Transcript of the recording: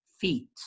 feet